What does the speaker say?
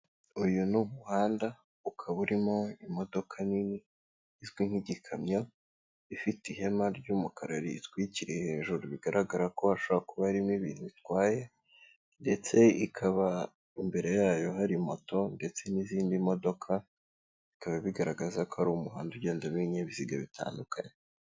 Uyu ni umuhanda, ukaba urimo imodoka nini izwi nk'igikamyo, ifite ihema ry'umukara riyitwikiriye hejuru bigaragara ko hashobora kuba arimo ibintu itwaye ndetse ikaba imbere yayo hari moto ndetse n'izindi modoka, bikaba bigaragaza ko ari umuhanda ugendamo ibibinyabiziga bitandukanye.